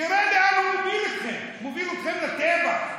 תראה לאן הוא מוביל אתכם, מוביל אתכם לטבח,